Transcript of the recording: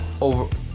over